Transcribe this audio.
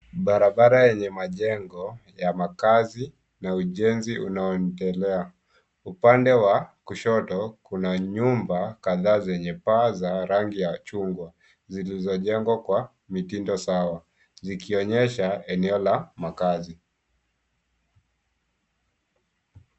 Barabara yenye majengo ya makazi na ujenzi unaoendelea. Upande wa kushoto kuna nyumba kadhaa zenye paa yenye rangi ya chungwa zilizojengwa kwenye mitindo sawa zikionyesha eneo la makazi.